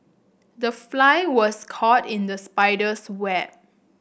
the fly was caught in the spider's web